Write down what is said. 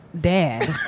dad